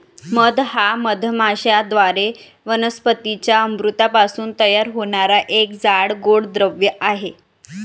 मध हा मधमाश्यांद्वारे वनस्पतीं च्या अमृतापासून तयार होणारा एक जाड, गोड द्रव आहे